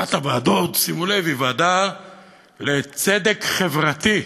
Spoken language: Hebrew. ואחת הוועדות, שימו לב, היא ועדה לצדק חברתי,